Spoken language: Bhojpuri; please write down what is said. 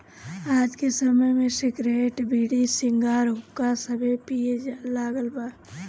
आज के समय में सिगरेट, बीड़ी, सिगार, हुक्का सभे पिए लागल बा